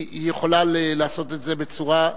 היא יכולה לעשות את זה בצורה,